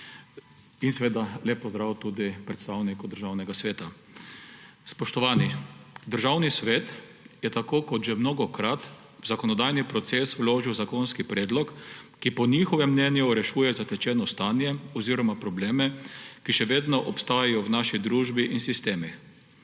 In seveda lep pozdrav tudi predstavniku Državnega sveta! Spoštovani, Državni svet je tako kot že mnogokrat v zakonodajni proces vložil zakonski predlog, ki po njihovem mnenju rešuje zatečeno stanje oziroma probleme, ki še vedno obstajajo v naši družbi in sistemih.